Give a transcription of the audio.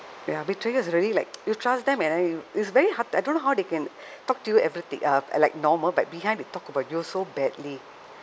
ya betrayer is really like you trust them and then you it's very hard I don't know how they can talk to you everything uh like normal but behind they talk about you so badly